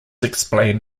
explained